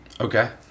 Okay